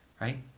right